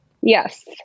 Yes